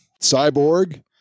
Cyborg